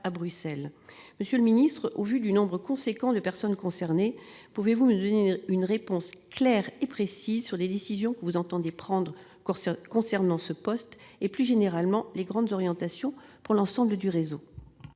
à Bruxelles. Monsieur le secrétaire d'État, au vu du nombre important de personnes concernées, pouvez-vous me donner une réponse claire et précise sur les décisions que vous entendez prendre concernant ce poste et, plus généralement, sur les grandes orientations pour l'ensemble du réseau ?